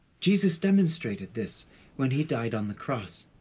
jesus demonstrated this when he died on the cross.